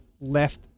left